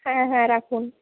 হ্যাঁ হ্যাঁ রাখুন